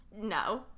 no